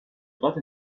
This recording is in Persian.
دقت